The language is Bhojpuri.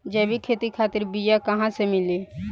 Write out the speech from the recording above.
जैविक खेती खातिर बीया कहाँसे मिली?